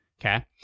okay